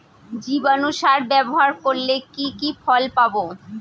জীবাণু সার ব্যাবহার করলে কি কি ফল পাবো?